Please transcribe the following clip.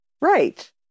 Right